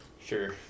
Sure